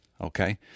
Okay